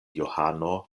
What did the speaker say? johano